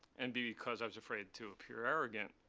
and because i was afraid to appear arrogant.